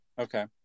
Okay